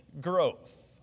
Growth